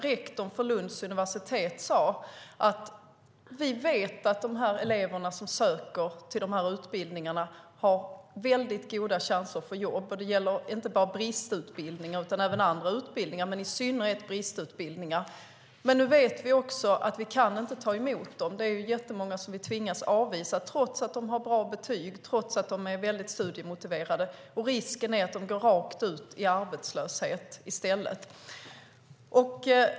Rektorn vid Lunds universitet sade: Vi vet att de elever som söker till de här utbildningarna har väldigt goda chanser att få jobb. Det gäller inte bara bristutbildningar utan även andra utbildningar, men i synnerhet gäller det bristutbildningar. Men nu vet vi också att vi inte kan ta emot dem. Det är jättemånga som vi tvingas avvisa trots att de har bra betyg och trots att de är studiemotiverade, och risken är de går rakt ut i arbetslöshet i stället.